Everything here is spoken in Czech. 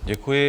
Děkuji.